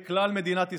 בכלל מדינת ישראל,